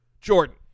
Jordan